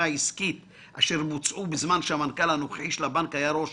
העסקית אשר בוצעו בזמן שהמנכ"ל הנוכחי של הבנק היה ראש